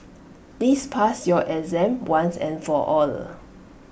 please pass your exam once and for all